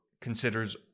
considers